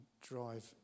drive